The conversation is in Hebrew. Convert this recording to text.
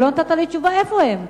ולא נתת לי תשובה איפה הם.